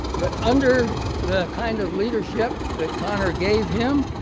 but under the kind of leadership that connor gave him,